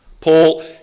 Paul